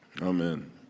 Amen